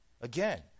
Again